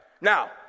Now